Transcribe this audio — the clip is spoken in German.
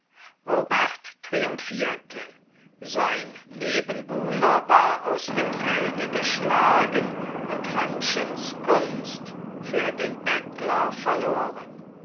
robert triumphierte sein nebenbuhler war aus dem felde geschlagen und hannchens gunst für den bettler verloren